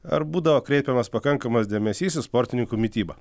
ar būdavo kreipiamas pakankamas dėmesys į sportininkų mitybą